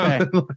okay